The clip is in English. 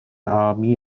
army